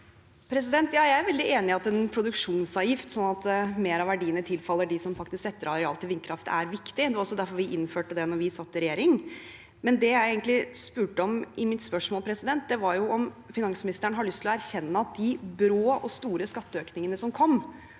Jeg er veldig enig i at en produksjonsavgift som gjør at mer av verdiene tilfaller dem som faktisk setter av areal til vindkraft, er viktig. Det var også derfor vi innførte det da vi satt i regjering. Det jeg egentlig spurte om, var om finansministeren har lyst til å erkjenne at de brå og store skatteøkningene som kom